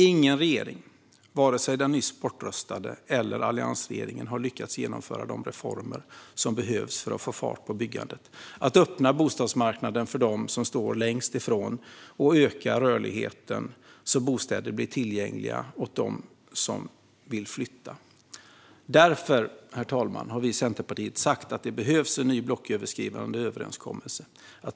Ingen regering - vare sig den nyss bortröstade eller alliansregeringen - har lyckats genomföra de reformer som behövs för att få fart på byggandet, öppna bostadsmarknaden för dem som står längst ifrån den och öka rörligheten så att bostäder blir tillgängliga för dem som vill flytta. Därför, herr talman, har vi i Centerpartiet sagt att det behövs en ny blocköverskridande överenskommelse.